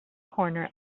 corner